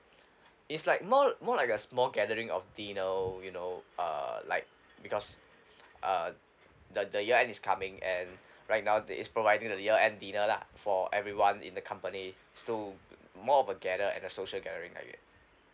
it's like more more like a small gathering of dinner you know uh like because uh the the year end is coming and right now it is providing the year end dinner lah for everyone in the company to more of a gather at the social gathering like that